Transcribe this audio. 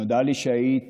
נודע לי שהיית